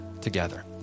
together